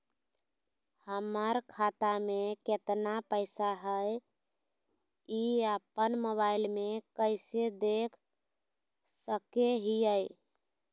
हमर खाता में केतना पैसा हई, ई अपन मोबाईल में कैसे देख सके हियई?